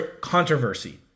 Controversy